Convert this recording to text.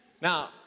Now